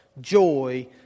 joy